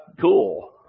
cool